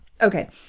Okay